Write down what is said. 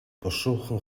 бушуухан